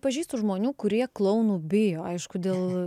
pažįstu žmonių kurie klounų bijo aišku dėl